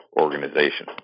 organization